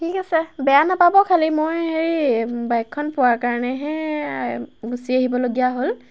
থিক আছে বেয়া নাপাব খালি মই হেৰি বাইকখন পোৱাৰ কাৰণেহে গুচি আহিবলগীয়া হ'ল